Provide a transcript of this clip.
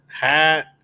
hat